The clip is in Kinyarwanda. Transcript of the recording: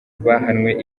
bahanwe